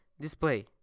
display